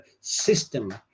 system